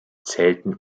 zählten